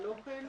הלא כן?